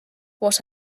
what